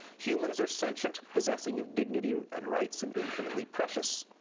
humans are sentient, possessing of dignity and rights, and infinitely precious.